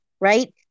right